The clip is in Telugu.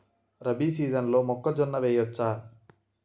రబీ సీజన్లో మొక్కజొన్న వెయ్యచ్చా?